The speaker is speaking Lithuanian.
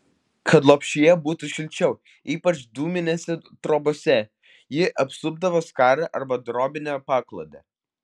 kad lopšyje būtų šilčiau ypač dūminėse trobose jį apsupdavo skara arba drobine paklode